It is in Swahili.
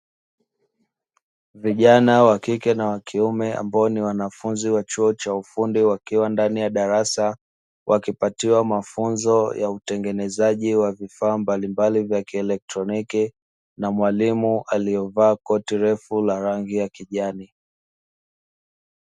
Vijana wakike na wakiume, ambao ni wanafunzi wa chuo cha ufundi, wakiwa ndani ya darasa, wakipatiwa mafunzo ya utengenezaji wa vifaa mbalimbali vya kielektroniki na mwalimu aliyevaa koti refu la rangi ya kijani.